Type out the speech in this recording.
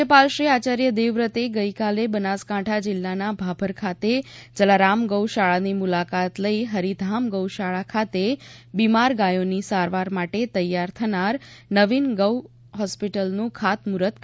રાજ્યપાલશ્રી આચાર્ય દેવવ્રતે ગઈકાલે બનાસકાંઠા જિલ્લાના ભાભર ખાતે જલારામ ગૌ શાળાની મુલાકાત લઇ હરીધામ ગૌ શાળા ખાતે બિમાર ગાયોની સારવાર માટે તૈયાર થનાર નવીન ગૌ હોસ્પીટલનું ખાતમૂર્ઠત કર્યુ હતું